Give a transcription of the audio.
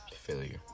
Failure